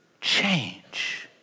change